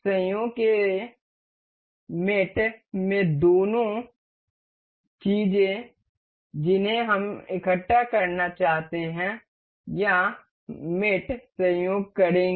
संयोग के साथी में दो चीजें जिन्हें हम इकट्ठा करना चाहते हैं या मेट संयोग करेंगे